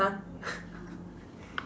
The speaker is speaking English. !huh!